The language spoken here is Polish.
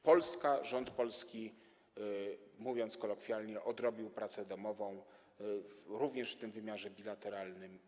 Polska, rząd polski, mówiąc kolokwialnie, odrobił pracę domową również w tym wymiarze stosunków bilateralnych.